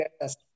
Yes